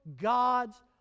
God's